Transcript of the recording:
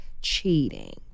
cheating